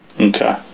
Okay